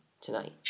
tonight